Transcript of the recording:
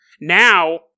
Now